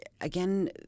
again